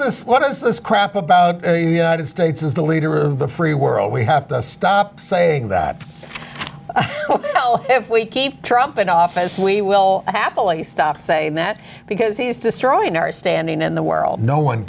this what is this crap about it states is the leader of the free world we have to stop saying that if we keep trump in office we will happily stop saying that because he is destroying our standing in the world no one